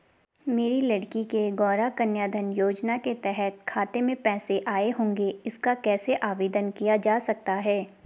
मेरी लड़की के गौंरा कन्याधन योजना के तहत खाते में पैसे आए होंगे इसका कैसे आवेदन किया जा सकता है?